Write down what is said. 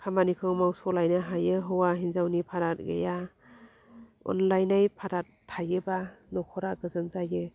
खामानिखौ मावस'लायनो हायो हौवा हिन्जावनि फाराग गैया अनलायनाय फाराग थायोबा नखरा गोजोन जायो